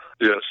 Yes